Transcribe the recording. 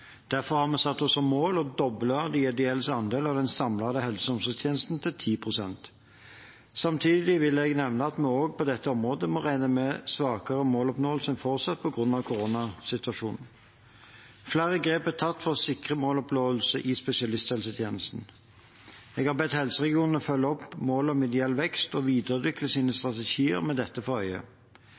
Derfor har vi satt oss som mål å doble de ideelles andel av den samlede helse- og omsorgstjenesten, til 10 pst. Samtidig vil jeg nevne at vi også på dette området må regne med svakere måloppnåelse enn forutsatt på grunn av koronasituasjonen. Flere grep er tatt for å sikre måloppnåelse i spesialisthelsetjenesten. Jeg har bedt helseregionene følge opp målet om ideell vekst og videreutvikle sine strategier med dette for